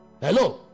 hello